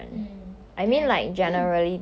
mm and